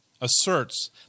asserts